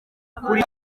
kuri